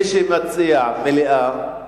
מי שמציע מליאה, בעד,